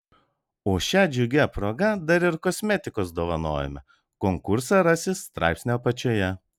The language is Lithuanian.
o šia džiugia proga dar ir kosmetikos dovanojame konkursą rasi straipsnio apačioje